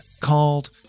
called